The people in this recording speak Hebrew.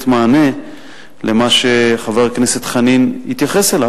מענה למה שחבר הכנסת חנין התייחס אליו,